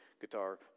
guitar